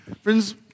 Friends